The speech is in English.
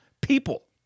people